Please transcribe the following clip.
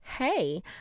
Hey